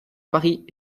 paris